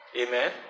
Amen